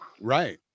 right